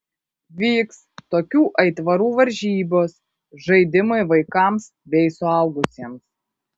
vyks tokių aitvarų varžybos žaidimai vaikams bei suaugusiems